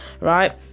right